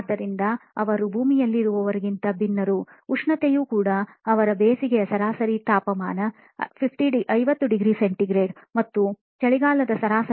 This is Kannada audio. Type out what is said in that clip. ಆದ್ದರಿಂದ ಅವರು ಭೂಮಿಯಲ್ಲಿರುವವರಿಗಿಂತ ಬಹಳ ಭಿನ್ನರು ಉಷ್ಣತೆಯೂ ಕೂಡ ಅವರ ಬೇಸಿಗೆಯ ಸರಾಸರಿ ತಾಪಮಾನ 50 ° C ಮತ್ತು ಚಳಿಗಾಲದ ಸರಾಸರಿ ತಾಪಮಾನ 110